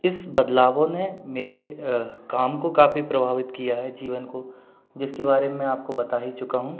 इस बदलावों ने मेरे काम को काफ़ी प्रभावित किया है जीवन को जिसके बारे में मैं आपको बता ही चुका हूँ